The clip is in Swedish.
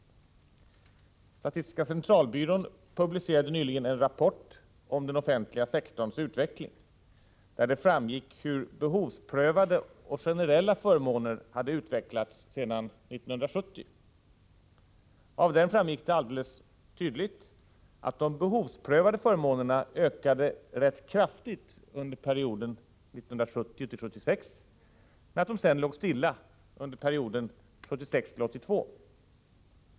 Statistiska centralbyrån publicerade nyligen en rapport om den offentliga sektorns utveckling, där det framgick hur behovsprövade och generella förmåner hade utvecklats sedan 1970. Av den framgick det alldeles klart att de behovsprövade förmånerna ökade ganska kraftigt under perioden 1970 1976 men att de sedan låg stilla under perioden 1976-1982.